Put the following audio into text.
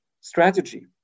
strategy